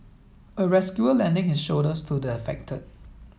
a rescuer lending his shoulder to the affected